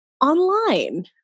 online